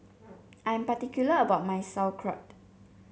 I am particular about my Sauerkraut